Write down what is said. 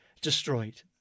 destroyed